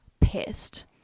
pissed